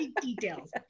Details